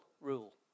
rule